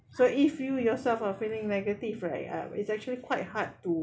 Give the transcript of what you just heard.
so if you yourself are feeling negative right uh it's actually quite hard to